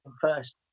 first